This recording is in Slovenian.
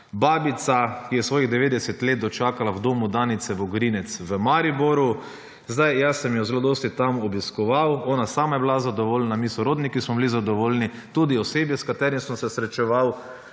babica, ki je svojih 90 let dočakala v domu Danice Vogrinec v Mariboru. Zdaj, jaz sem jo zelo dosti tam obiskoval, ona sama je bila zadovoljna, mi sorodniki smo bili zadovoljni, tudi osebje, s katerim sem se srečeval,